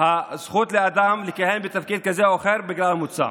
הזכות של אדם לכהן בתפקיד כזה או אחר בגלל המוצא.